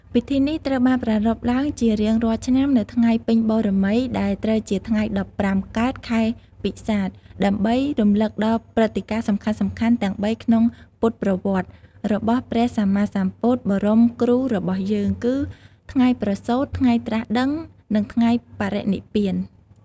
ពិធីនេះត្រូវបានប្រារព្ធឡើងជារៀងរាល់ឆ្នាំនៅថ្ងៃពេញបូណ៌មី ដែលត្រូវជាថ្ងៃ ១៥ កើត ខែពិសាខ ដើម្បីរំលឹកដល់ព្រឹត្តិការណ៍សំខាន់ៗទាំងបីក្នុងពុទ្ធប្រវត្តិរបស់ព្រះសម្មាសម្ពុទ្ធបរមគ្រូរបស់យើង គឺ៖ ថ្ងៃប្រសូត ថ្ងៃត្រាស់ដឹង និងថ្ងៃបរិនិព្វាន។